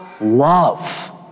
love